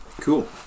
cool